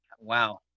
wow